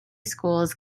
schools